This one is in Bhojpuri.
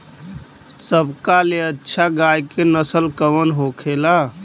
सबका ले अच्छा गाय के नस्ल कवन होखेला?